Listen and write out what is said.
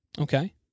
Okay